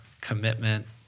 commitment